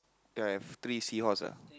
I have three seahorse ah